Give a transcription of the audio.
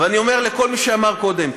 אני אומר לכל מי שאמר קודם: